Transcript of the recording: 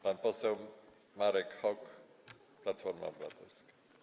Pan poseł Marek Hok, Platforma Obywatelska.